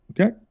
Okay